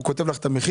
הוא כותב לך את המחיר,